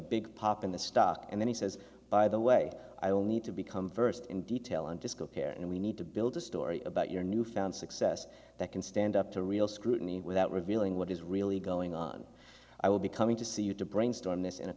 big pop in the stock and then he says by the way i don't need to become versed in detail and just compare and we need to build a story about your new found success that can stand up to real scrutiny without revealing what is really going on i will be coming to see you to brainstorm this in a